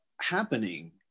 happening